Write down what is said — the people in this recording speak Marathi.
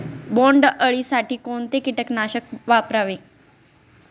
बोंडअळी साठी कोणते किटकनाशक वापरावे?